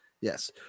Yes